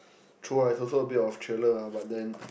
true ah it's also a bit of thriller lah but then